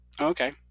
okay